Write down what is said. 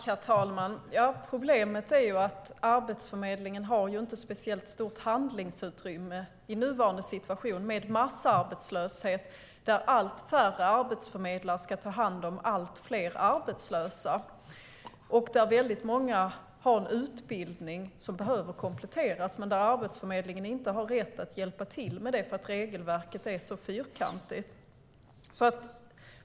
Herr talman! Problemet är att Arbetsförmedlingen inte har speciellt stort handlingsutrymme i nuvarande situation med massarbetslöshet. Allt färre arbetsförmedlare ska ta hand om allt fler arbetslösa. Många har en utbildning som behöver kompletteras, men Arbetsförmedlingen har inte rätt att hjälpa till med utbildning därför att regelverket är fyrkantigt.